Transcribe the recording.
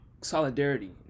solidarity